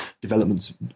developments